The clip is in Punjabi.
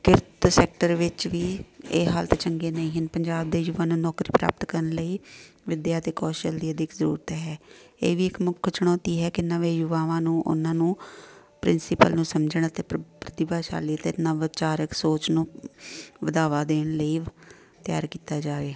ਕਿਰਤ ਸੈਕਟਰ ਵਿੱਚ ਵੀ ਇਹ ਹਾਲਤ ਚੰਗੇ ਨਹੀਂ ਹਨ ਪੰਜਾਬ ਦੇ ਯੁਵਾ ਨੂੰ ਨੌਕਰੀ ਪ੍ਰਾਪਤ ਕਰਨ ਲਈ ਵਿੱਦਿਆ ਅਤੇ ਕੌਸ਼ਲ ਦੀ ਅਧਿਕ ਜ਼ਰੂਰਤ ਹੈ ਇਹ ਵੀ ਇੱਕ ਮੁੱਖ ਚੁਣੌਤੀ ਹੈ ਕਿ ਨਵੇਂ ਯੁਵਾਵਾਂ ਨੂੰ ਉਹਨਾਂ ਨੂੰ ਪ੍ਰਿੰਸੀਪਲ ਨੂੰ ਸਮਝਣਾ ਅਤੇ ਪ੍ਰਤਿਭਾਸ਼ਾਲੀ ਅਤੇ ਨਵਚਾਰਕ ਸੋਚ ਨੂੰ ਵਧਾਵਾ ਦੇਣ ਲਈ ਤਿਆਰ ਕੀਤਾ ਜਾ ਰਿਹਾ